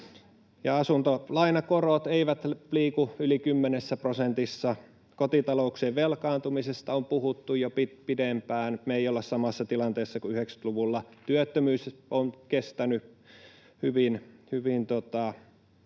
Asuntolainakorot eivät liiku yli 10 prosentissa. Kotitalouksien velkaantumisesta on puhuttu jo pidempään. Me ei olla samassa tilanteessa kuin 90-luvulla. Työttömyys on kestänyt hyvin